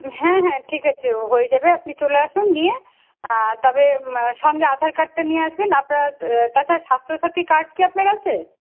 হুম হ্যাঁ হ্যাঁ ঠিক আছে হয়ে যাবে আপনি চলে আসুন নিয়ে তবে সঙ্গে আধার কার্ডটা নিয়ে আসবেন আপনার তাছাড়া স্বাস্থ্য সাথী কার্ড কি আপনার আছে